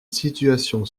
situation